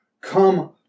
come